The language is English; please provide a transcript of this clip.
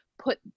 put